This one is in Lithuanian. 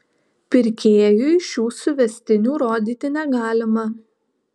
pirkėjui šių suvestinių rodyti negalima